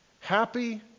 Happy